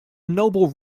noble